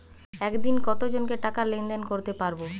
একদিন কত জনকে টাকা লেনদেন করতে পারবো?